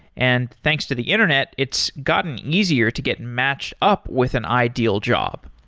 and thanks to the internet it's gotten easier to get matched up with an ideal job.